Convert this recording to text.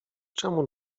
czemu